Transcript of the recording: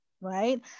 right